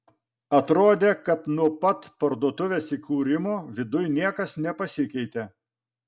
atrodė kad nuo pat parduotuvės įkūrimo viduj niekas nepasikeitė